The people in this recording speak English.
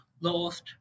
lost